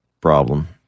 problem